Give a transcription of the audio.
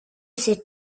ses